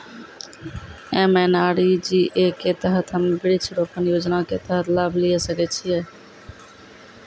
MNREGA के तहत हम्मय वृक्ष रोपण योजना के तहत लाभ लिये सकय छियै?